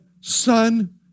son